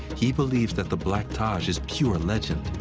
he believes that the black taj is pure legend.